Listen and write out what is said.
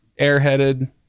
airheaded